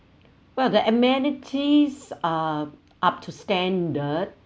well the amenities are up to standard